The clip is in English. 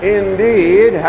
indeed